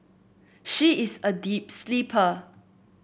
she is a deep sleeper